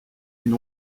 une